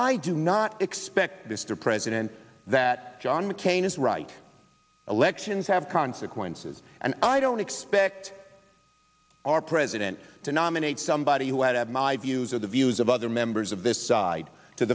i do not expect this to president that john mccain is right elections have consequences and i don't expect our president to nominate somebody who had my views or the views of other members of this side to